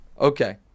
Okay